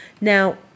now